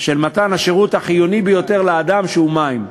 של מתן השירות החיוני ביותר לאדם, שהוא מים.